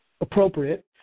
appropriate